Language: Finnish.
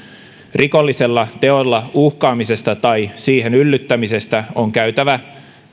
rikollisella teolla uhkaamisesta tai siihen yllyttämisestä on käytävä